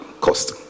cost